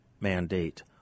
mandate